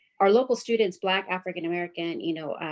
our local students, black, african-american, you know,